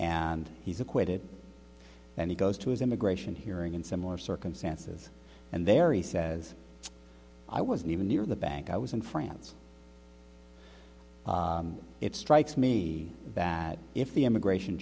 and he's acquitted and he goes to his immigration hearing in similar circumstances and there he says i wasn't even near the bank i was in france it strikes me that if the immigration